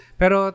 pero